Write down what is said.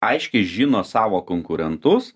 aiškiai žino savo konkurentus